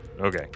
Okay